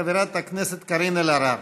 חברת הכנסת קארין אלהרר.